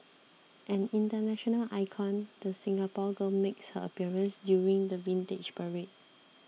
an international icon the Singapore girl makes her appearance during the Vintage Parade